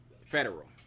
federal